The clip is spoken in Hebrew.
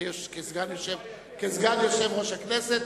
כסגן יושב-ראש הכנסת.